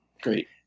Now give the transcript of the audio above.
Great